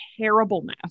terribleness